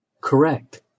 Correct